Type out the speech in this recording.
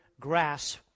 grasp